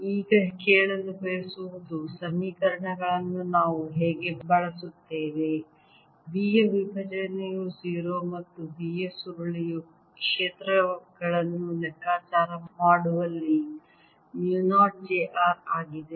ಈಗ ನಾವು ಈಗ ಕೇಳಲು ಬಯಸುವುದು ಸಮೀಕರಣಗಳನ್ನು ನಾವು ಹೇಗೆ ಬಳಸುತ್ತೇವೆ B ಯ ವಿಭಜನೆಯು 0 ಮತ್ತು B ಯ ಸುರುಳಿಯು ಕ್ಷೇತ್ರಗಳನ್ನು ಲೆಕ್ಕಾಚಾರ ಮಾಡುವಲ್ಲಿ ಮು 0 j r ಆಗಿದೆ